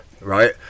right